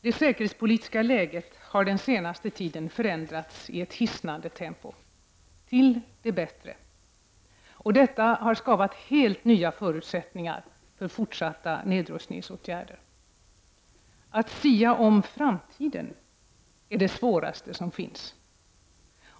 Det säkerhetspolitiska läget har den senaste tiden förändrats i ett hissnande tempo -— till det bättre. Detta har skapat helt nya förutsättningar för fortsatta nedrustningsåtgärder. Att sia om framtiden är det svåraste som finns.